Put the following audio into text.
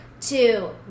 Two